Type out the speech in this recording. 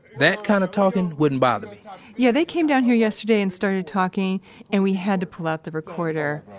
that kind of talking wouldn't bother me yeah. they came down here yesterday and started talking and we had to pull out the recorder.